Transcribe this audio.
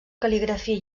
cal·ligrafia